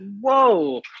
whoa